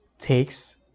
takes